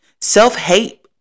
self-hate